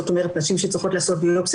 זאת אומרת נשים שצריכות לעשות ביופסיה